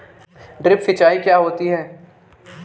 Drip सिंचाई क्या होती हैं?